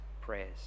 prayers